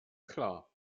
klar